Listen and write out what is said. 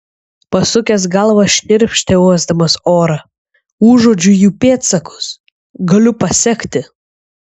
pasukęs galvą šnirpštė uosdamas orą užuodžiu jų pėdsakus galiu pasekti